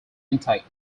intake